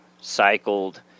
cycled